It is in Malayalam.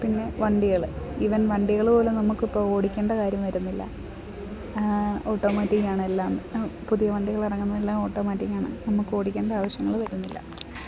പിന്നെ വണ്ടികൾ ഈവൻ വണ്ടികൾ പോലും നമുക്ക് ഇപ്പോൾ ഓടിക്കേണ്ട കാര്യം വരുന്നില്ല ഓട്ടോമാറ്റിക്കാണെല്ലാം എന്ന് പുതിയ വണ്ടികൾ ഇറങ്ങുന്നത് എല്ലാം ഓട്ടോമാറ്റിക്കാണ് നമുക്കോടിക്കണ്ട ആവശ്യങ്ങൾ വരുന്നില്ല